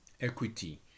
equity